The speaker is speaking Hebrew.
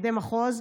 מפקדי מחוז,